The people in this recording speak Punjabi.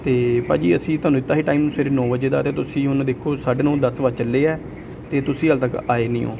ਅਤੇ ਭਾਅ ਜੀ ਅਸੀਂ ਤੁਹਾਨੂੰ ਦਿੱਤਾ ਸੀ ਟਾਈਮ ਸਵੇਰੇ ਨੌਂ ਵਜੇ ਦਾ ਅਤੇ ਤੁਸੀਂ ਹੁਣ ਦੇਖੋ ਸਾਢੇ ਨੌਂ ਦਸ ਵੱਜ ਚੱਲੇ ਆ ਅਤੇ ਤੁਸੀਂ ਹਜੇ ਤੱਕ ਆਏ ਨਹੀਂ ਹੋ